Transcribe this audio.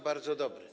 bardzo dobry.